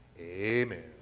amen